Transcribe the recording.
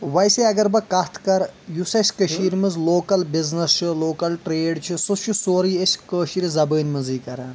ویسے اگر بہٕ کتھ کرٕ یُس اسہِ کٔشیٖر منٛز لوکل بِزنس چھُ لوکل ٹریڈ چھُ سُہ چھُ سورے أسۍ کٲشٕرۍ زبٲنۍ منٛزے کران